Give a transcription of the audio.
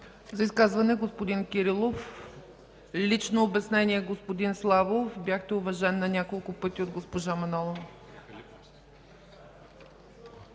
За изказване – господин Кирилов. Преди това лично обяснение – господин Славов, бяхте уважен няколко пъти от госпожа Манолова.